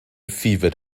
fevered